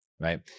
right